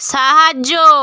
সাহায্য